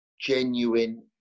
genuine